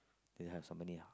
they have some many ah